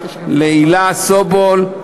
להילה סובול,